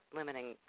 limiting